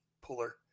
puller